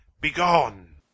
Begone